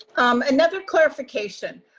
another clarification,